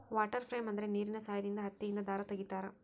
water frame ಅಂದ್ರೆ ನೀರಿನ ಸಹಾಯದಿಂದ ಹತ್ತಿಯಿಂದ ದಾರ ತಗಿತಾರ